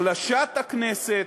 החלשת הכנסת,